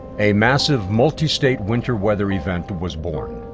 a massive, multi-state, winter weather event was born.